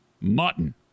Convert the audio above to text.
Mutton